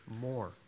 more